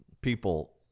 people